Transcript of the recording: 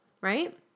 right